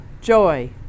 joy